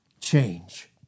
Change